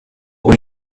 were